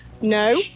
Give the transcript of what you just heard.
No